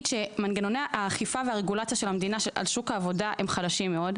מנגנוני האכיפה והרגולציה של המדינה על שוק העבודה הם חלשים מאוד.